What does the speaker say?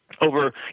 Over